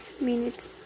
minutes